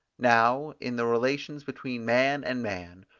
now in the relations between man and man,